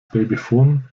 babyfon